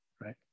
right